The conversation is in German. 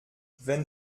wenn